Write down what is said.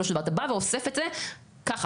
אתה בא ואוסף את זה ככה,